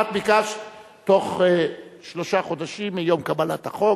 את ביקשת בתוך שלושה חודשים מיום קבלת החוק.